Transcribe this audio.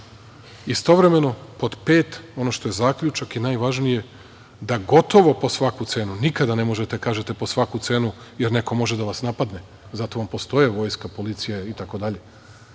zemlju. Istovremeno, pod pet, ono što je zaključak i najvažnije – da gotovo po svaku cenu nikada ne možete da kažete po svaku cenu jer neko može da vas napadne, zato vam postoji Vojska, policija itd,